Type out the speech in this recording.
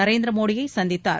நரேந்திர மோடியை சந்தித்தார்